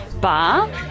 Bar